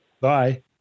Bye